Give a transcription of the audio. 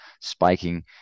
spiking